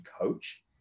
coach